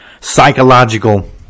psychological